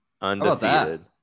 undefeated